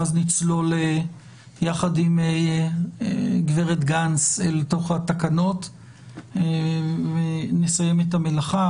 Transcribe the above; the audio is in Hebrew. ואז נצלול יחד עם הגב' גנס אל התקנות ונסיים את המלאכה,